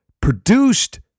produced